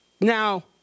Now